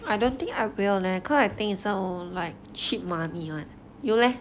I don't think I will leh because I think this [one] oh will like cheat money [one] you leh